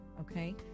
Okay